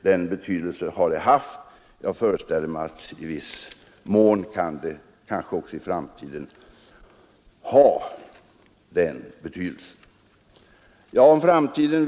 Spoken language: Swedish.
Den betydelsen har svensk flygindustri haft, och jag föreställer mig att den industrin i viss mån kommer att ha samma betydelse också i framtiden.